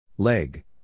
Leg